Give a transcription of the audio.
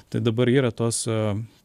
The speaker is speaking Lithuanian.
tai dabar yra tos